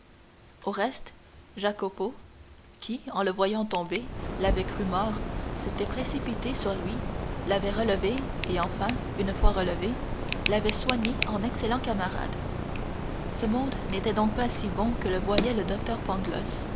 au reste jacopo qui en le voyant tomber l'avait cru mort s'était précipité sur lui l'avait relevé et enfin une fois relevé l'avait soigné en excellent camarade ce monde n'était donc pas si bon que le voyait le docteur